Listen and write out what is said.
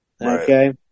Okay